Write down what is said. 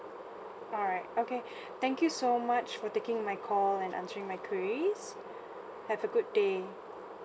alright okay thank you so much for taking my call and answering my queries have a good day